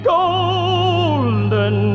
golden